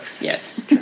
Yes